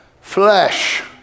flesh